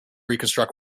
reconstruct